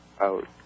out